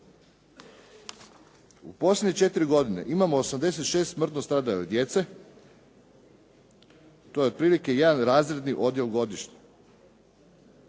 Posljednje četiri godine imamo 86 smrtno stradale djece. To je otprilike jedan razredni odjel godišnje.